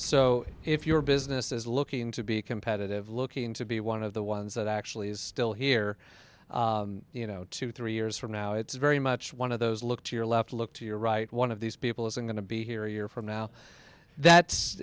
so if your business is looking to be competitive looking to be one of the ones that actually is still here you know two three years from now it's very much one of those look to your left look to your right one of these people isn't going to be here a year from now that